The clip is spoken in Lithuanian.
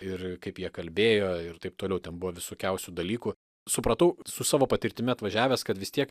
ir kaip jie kalbėjo ir taip toliau ten buvo visokiausių dalykų supratau su savo patirtimi atvažiavęs kad vis tiek